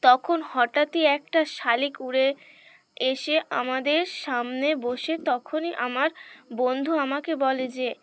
তখন হঠাৎই একটা শালিক উড়ে এসে আমাদের সামনে বসে তখনই আমার বন্ধু আমাকে বলে যে